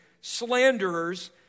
slanderers